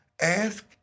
ask